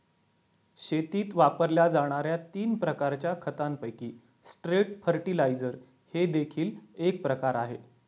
शेतीत वापरल्या जाणार्या तीन प्रकारच्या खतांपैकी स्ट्रेट फर्टिलाइजर हे देखील एक प्रकार आहे